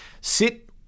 sit